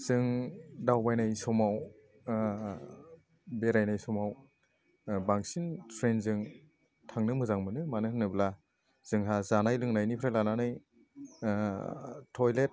जों दावबायनायनि समाव बेरायनाय समाव बांसिन ट्रेनजों थांनो मोजां मोनो मानोहोनोब्ला जोंहा जानाय लोंनायनिफ्राय लानानै टइलेट